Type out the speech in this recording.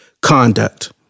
conduct